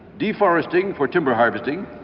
deforesting for timber harvesting,